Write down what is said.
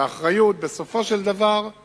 והאחריות בסופו של דבר היא